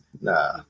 Nah